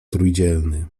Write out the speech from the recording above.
trójdzielny